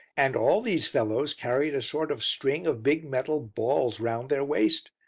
and all these fellows carried a sort of string of big metal balls round their waist.